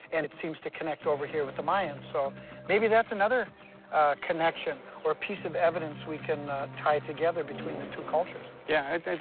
and it seems to connect over here with the mayans. so maybe that's another connection or piece of evidence we can tie together between the two cultures. yeah,